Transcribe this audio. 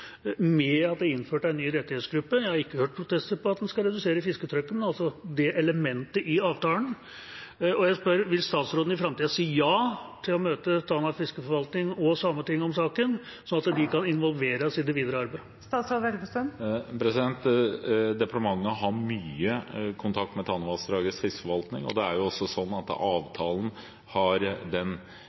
med at en ny rettighetsgruppe er innført – jeg har ikke hørt protester mot at fisketrykket skal reduseres – med det elementet i avtalen. Jeg spør: Vil statsråden i framtida si ja til å møte Tanavassdragets fiskeforvaltning og Sametinget om saken, slik at de kan involveres i det videre arbeidet? Departementet har mye kontakt med Tanavassdragets fiskeforvaltning. Man har revurderinger av fiskereglementet hvert eneste år, og Tanavassdragets fiskeforvaltning er involvert i det. Her har det også